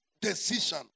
decision